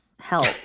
Help